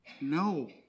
No